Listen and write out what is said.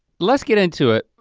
let's get into it.